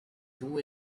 two